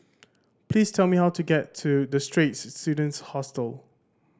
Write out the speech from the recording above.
please tell me how to get to The Straits Students Hostel